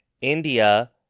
India